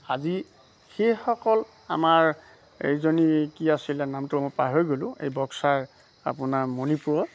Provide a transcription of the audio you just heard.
আজি সেইসকল আমাৰ এজনী কি আছিলে নামটো মই পাহৰি হৈ গ'লোঁ এই বক্সাৰ আপোনাৰ মণিপুৰৰ